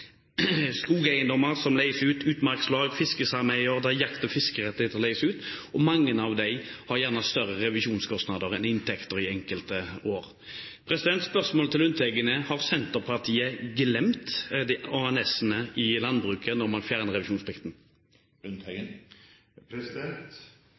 skogeiendommer som eies av flere, til utmarkslag og fiskesameier der jakt- og fiskerettigheter leies ut. Mange av disse har gjerne større revisjonskostnader enn inntekter i enkelte år. Spørsmålet til Lundteigen er: Har Senterpartiet glemt ANS-ene i landbruket når man fjerner revisjonsplikten?